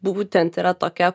būtent yra tokia